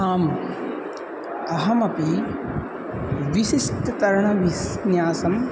आम् अहमपि विशिष्टं तरणविन्यासम्